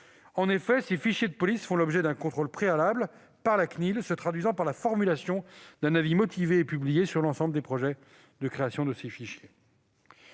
En effet, ces fichiers de police font l'objet d'un contrôle préalable par la CNIL se traduisant par la formulation d'un avis motivé et publié sur l'ensemble des projets de création de ces fichiers.